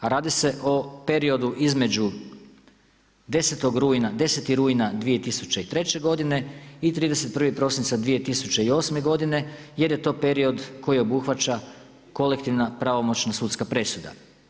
A radi se o periodu između 10. rujna 2003. godine i 31. prosinca 2008. godine jer je to period koji obuhvaća kolektivna pravomoćna sudska presuda.